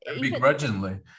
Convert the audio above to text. Begrudgingly